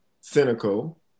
cynical